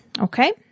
okay